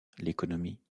l’économie